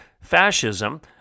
fascism